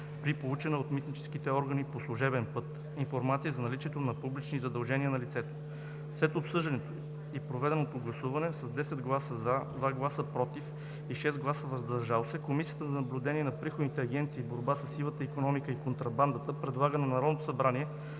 при получена от митническите органи по служебен път информация за наличието на публични задължения на лицето. След обсъждането и проведеното гласуване: с 10 гласа „за“, 2 гласа „против“ и 6 гласа „въздържал се“, Комисията за наблюдение на приходните агенции и борба със сивата икономика и контрабандата предлага на Народното събрание